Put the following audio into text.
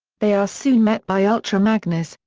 they are soon met by ultra magnus,